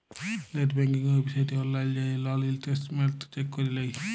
late banking ওয়েবসাইটে অললাইল যাঁয়ে লল ইসট্যাটমেল্ট চ্যাক ক্যরে লেই